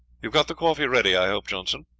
have got the coffee ready, i hope, johnson?